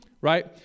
right